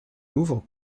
louvre